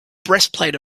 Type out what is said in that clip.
breastplate